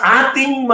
ating